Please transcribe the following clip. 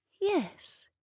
Yes